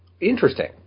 interesting